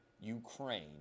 Ukraine